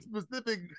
specific